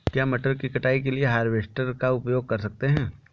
क्या मटर की कटाई के लिए हार्वेस्टर का उपयोग कर सकते हैं?